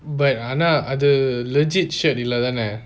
but ஆனா அது:aana athu legit shirt இல்ல தானே:illa dhanae